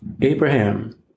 Abraham